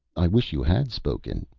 i wish you had spoken,